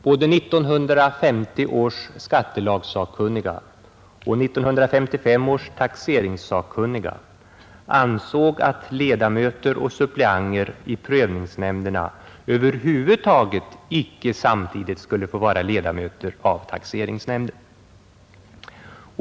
Både 1950 års skattelagssakkunniga och 1955 års taxeringssakkunniga ansåg att ledamöter och suppleanter i prövningsnämnderna över huvud taget icke samtidigt skulle få vara ledamöter av taxeringsnämnder.